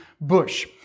bush